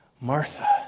Martha